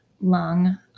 lung